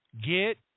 get